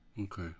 Okay